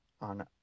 on